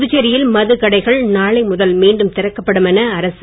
புதுச்சேரியில் மதுக்கடைகள் நாளை முதல் மீண்டும் திறக்கப்படும் என அரசு